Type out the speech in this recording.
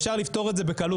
אפשר לפתור את זה בקלות,